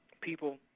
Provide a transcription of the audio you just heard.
People